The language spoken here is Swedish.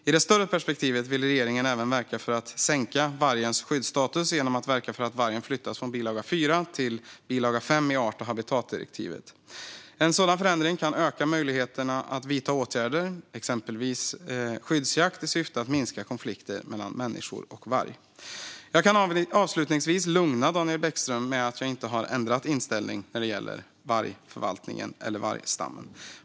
I det större perspektivet vill regeringen även verka för att sänka vargens skyddsstatus genom att verka för att vargen flyttas från bilaga 4 till bilaga 5 i art och habitatdirektivet. En sådan ändring kan öka möjligheten att vidta åtgärder, exempelvis skyddsjakt, i syfte att minska konflikter mellan människor och varg. Jag kan avslutningsvis lugna Daniel Bäckström med att jag inte har ändrat inställning när det gäller vargförvaltningen eller vargstammen.